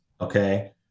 okay